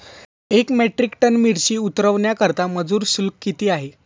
एक metric ton मिरची उतरवण्याकरता मजुर शुल्क किती आहे?